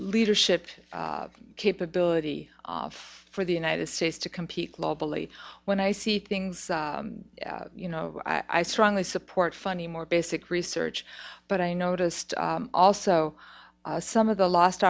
leadership capability of for the united states to compete globally when i see things you know i strongly support funny more basic research but i noticed also some of the lost